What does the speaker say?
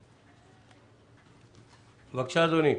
בבקשה, אדוני.